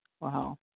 Wow